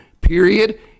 period